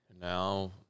Now